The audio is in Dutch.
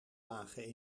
lage